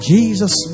Jesus